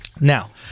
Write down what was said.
Now